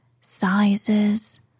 sizes